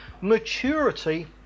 maturity